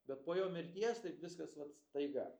bet po jo mirties taip viskas vat staiga